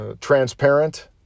transparent